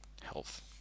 health